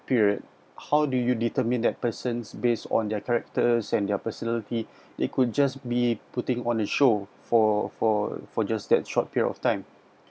period how do you determine that persons based on their characters and their personality it could just be putting on a show for for for just that short period of time